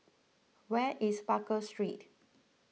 where is Baker Street